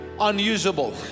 unusable